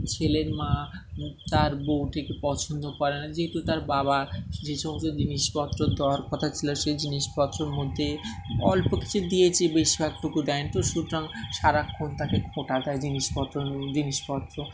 ছেলের মা তার বউটিকে পছন্দ করে না যেহেতু তার বাবা যে সমস্ত জিনিসপত্র দেওয়ার কথা ছিল সেই জিনিসপত্রের মধ্যে অল্প কিছু দিয়েছে বেশিরভাগটুকু দেয়নি তো সুতরাং সারাক্ষণ তাকে খোঁটা দেয় জিনিসপত্র জিনিসপত্র